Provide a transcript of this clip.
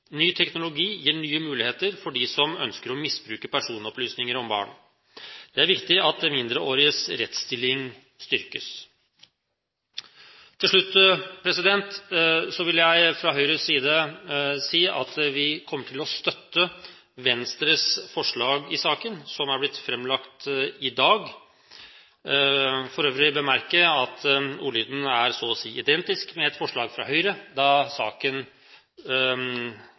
Ny teknologi gir nye muligheter for dem som ønsker å misbruke personopplysninger om barn. Det er viktig at mindreåriges rettsstilling styrkes. Til slutt vil jeg fra Høyres side si at vi kommer til å støtte Venstres forslag, som er blitt framlagt i dag. Jeg vil for øvrig bemerke at ordlyden så å si er identisk med et forslag Høyre hadde i 2007, da saken